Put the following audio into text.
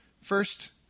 First